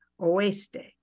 oeste